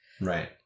Right